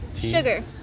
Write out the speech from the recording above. sugar